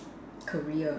career